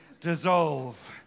dissolve